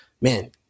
man